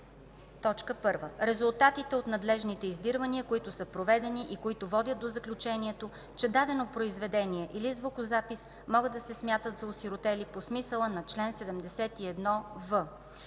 за: 1. резултатите от надлежните издирвания, които са проведени и които водят до заключението, че дадено произведение или звукозапис могат да се смятат за осиротели по смисъла на чл. 71в;